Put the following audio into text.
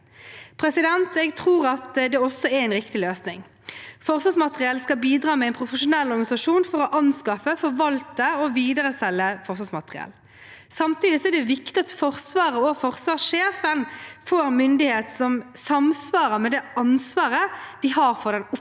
operasjoner Jeg tror også det er riktig løsning. Forsvarsmateriell skal bidra med en profesjonell organisasjon for å anskaffe, forvalte og videreselge forsvarsmateriell. Samtidig er det viktig at Forsvaret og forsvarssjefen får myndighet som samsvarer med det ansvaret de har for den operative